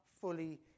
fully